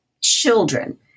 children